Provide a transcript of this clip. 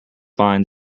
fine